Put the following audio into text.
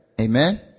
Amen